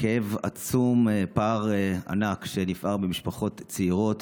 כאב עצום, פער ענק נפער במשפחות צעירות.